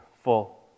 full